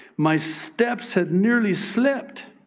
my steps had nearly slipped